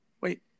Wait